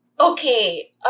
Okay